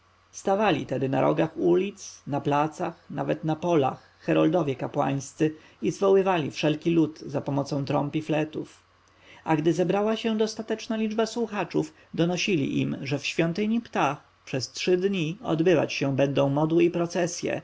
stawali tedy na rogach ulic na placach nawet na polach heroldowie kapłańscy i zwoływali wszelki lud zapomocą trąb i fletów a gdy zebrała się dostateczna liczba słuchaczów donosili im że w świątyni ptah przez trzy dni odbywać się będą modły i procesje